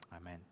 Amen